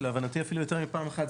להבנתי אפילו יותר מפעם אחת,